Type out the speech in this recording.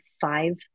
five